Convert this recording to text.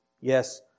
Yes